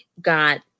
got